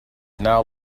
now